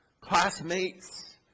classmates